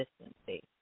consistency